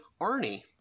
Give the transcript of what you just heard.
Arnie